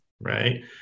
Right